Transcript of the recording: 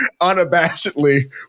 Unabashedly